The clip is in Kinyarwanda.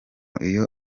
iyo